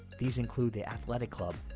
these include the athletic club,